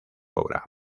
obra